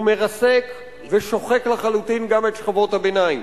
הוא מרסק ושוחק לחלוטין גם את שכבות הביניים.